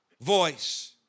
voice